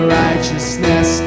righteousness